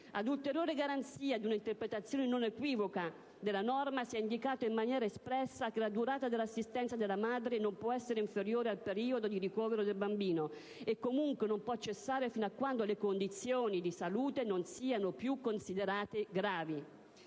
Ad ulteriore garanzia di una interpretazione non equivoca della norma, si è indicato in maniera espressa che la durata dell'assistenza della madre non può essere inferiore al periodo di ricovero del bambino e, comunque, non può cessare fino a quando le condizioni di salute non siano più considerate gravi.